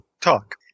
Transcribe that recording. talk